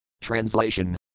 Translation